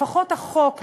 לפחות החוק,